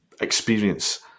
experience